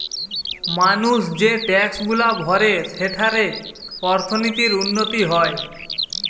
মানুষ যে ট্যাক্সগুলা ভরে সেঠারে অর্থনীতির উন্নতি হয়